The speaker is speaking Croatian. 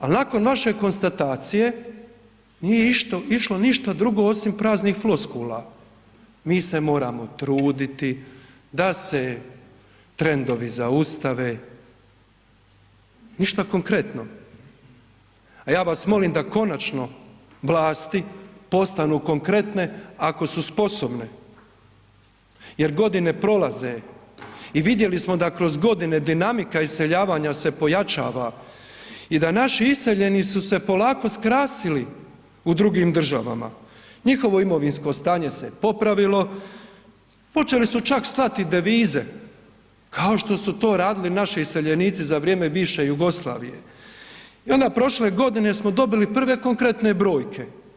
Al nakon vaše konstatacije nije išlo ništa drugo osim praznih floskula, mi se moramo truditi da se trendovi zaustave, ništa konkretno, a ja vas molim da konačno vlasti postanu konkretne ako su sposobne jer godine prolaze i vidjeli smo da kroz godine dinamika iseljavanja se pojačava i da naši iseljeni su se polako skrasili u drugim državama, njihovo imovinsko stanje se je popravilo, počeli su čak slati i devize, kao što su to radili naši iseljenici za vrijeme bivše Jugoslavije i onda prošle godine smo dobili prve konkretne brojke.